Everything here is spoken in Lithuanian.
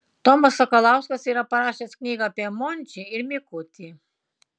tomas sakalauskas yra parašęs knygą apie mončį ir mikutį